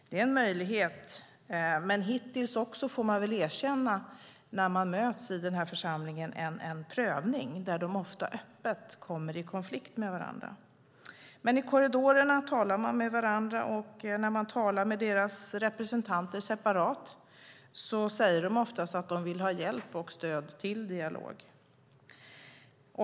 Det är en möjlighet, men hittills också, det får man väl erkänna, en prövning där de ofta öppet kommer i konflikt med varandra. Men i korridorerna talar de med varandra, och när man talar med deras representanter separat säger de ofta att de vill ha hjälp och stöd till dialog.